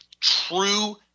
true